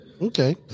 Okay